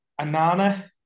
Anana